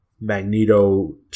Magneto